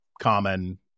common